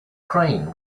crane